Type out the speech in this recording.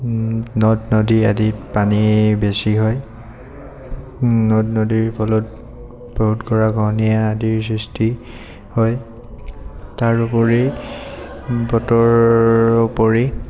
নদ নদী আদ পানী বেছি হয় নদ নদীৰ ফলত বহুত গৰাখহনীয়া আদিৰ সৃষ্টি হয় তাৰ উপৰি বতৰ উপৰি